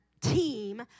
team